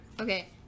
Okay